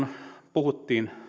puhuttiin